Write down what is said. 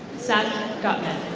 seth gutman.